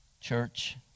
church